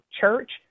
church